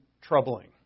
troubling